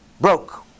Broke